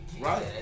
Right